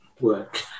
work